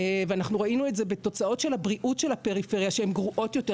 ואנחנו ראינו את זה בתוצאות של הבריאות של הפריפריה שהן גרועות יותר,